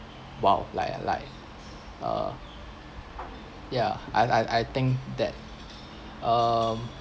!wow! like a like uh ya I I I think that um